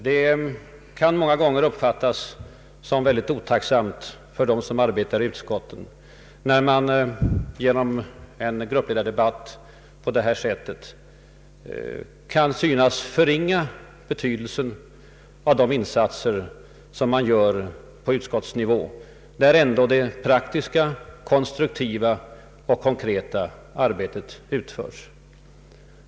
Det kan många gånger uppfattas som väldigt otacksamt för dem som arbetar i utskotten, när man genom en gruppledardebatt på det här sättet kan synas förringa betydelsen av de insatser som görs på utskottsnivå, där ändå det praktiska, konstruktiva och konkreta arbetet utförs.